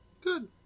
Good